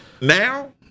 now